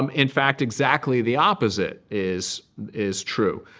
um in fact, exactly the opposite is is true,